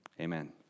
amen